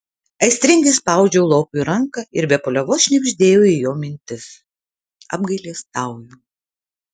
aistringai spaudžiau lopui ranką ir be paliovos šnibždėjau į jo mintis apgailestauju